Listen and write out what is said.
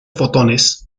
fotones